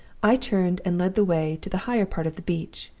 i turned and led the way to the higher part of the beach,